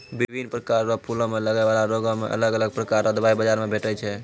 बिभिन्न प्रकार रो फूलो मे लगै बाला रोगो मे अलग अलग प्रकार रो दबाइ बाजार मे भेटै छै